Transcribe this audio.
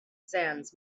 sands